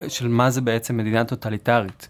של מה זה בעצם מדינה טוטליטארית.